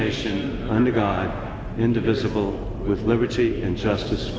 nation under god indivisible with liberty and justice